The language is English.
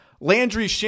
Landry